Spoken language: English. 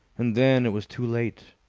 and then it was too late.